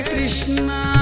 Krishna